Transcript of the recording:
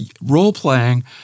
role-playing